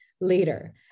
later